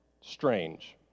strange